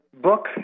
book